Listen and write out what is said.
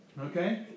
Okay